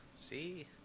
See